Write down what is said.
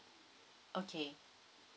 okay